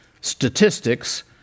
statistics